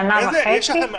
שנה וחצי?